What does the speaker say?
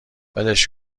ولش